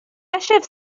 achève